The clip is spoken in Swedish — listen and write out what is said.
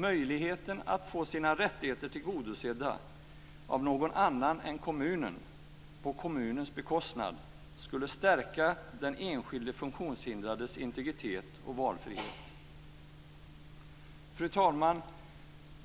Möjligheten att få sina rättigheter tillgodosedda av någon annan än kommunen, på kommunens bekostnad, skulle stärka den enskilde funktionshindrades integritet och valfrihet. Fru talman!